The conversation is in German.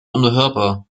unhörbar